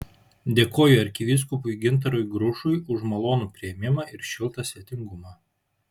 dėkoju arkivyskupui gintarui grušui už malonų priėmimą ir šiltą svetingumą